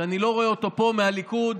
שאני לא רואה אותו פה, מהליכוד,